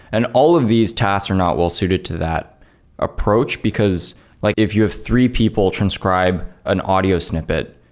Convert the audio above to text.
and all of these tasks are not well suited to that approach, because like if you have three people transcribe an audio snippet,